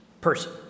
person